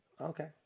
Okay